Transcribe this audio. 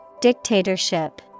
Dictatorship